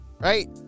right